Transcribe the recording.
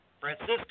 Francisco